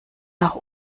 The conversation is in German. nach